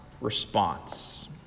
response